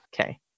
Okay